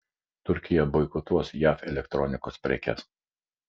turkija boikotuos jav elektronikos prekes